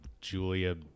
Julia